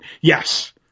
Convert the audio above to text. yes